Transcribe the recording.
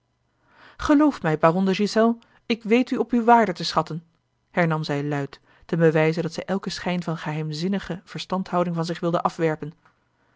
geloof mij baron de ghiselles ik weet u op uwe waarde te schatten hernam zij luid ten bewijze dat zij elken schijn van geheimzinnige verstandhouding van zich wilde afwerpen